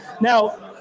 Now